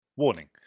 Warning